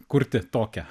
kurti tokią